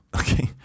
Okay